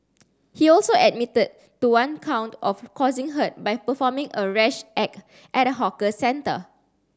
he also admitted to one count of causing hurt by performing a rash act at a hawker centre